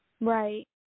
Right